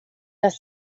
das